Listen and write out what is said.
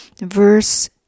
verse